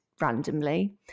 randomly